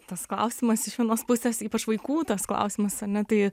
tas klausimas iš vienos pusės ypač vaikų tas klausimas ane tai